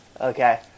Okay